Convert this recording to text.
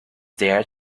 there